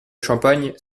champagne